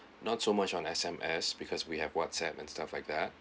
not so much on S_M_S because we have whatsapp and stuff like that